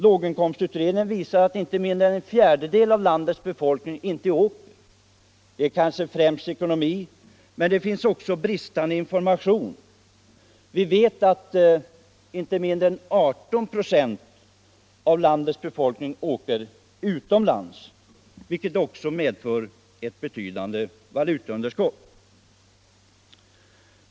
Låginkomstutredningen visar att inte mindre än en fjärdedel av landets befolkning inte alls reser på semester. Det är kanske främst ekonomin som lägger hinder i vägen, men det brister också i fråga om informationen. Vi vet att hela 18 96 av landets befolkning åker utomlands, vilket också medför ett betydande valutaunderskott.